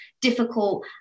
difficult